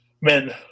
men